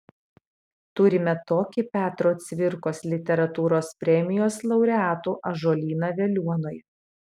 turime tokį petro cvirkos literatūros premijos laureatų ąžuolyną veliuonoje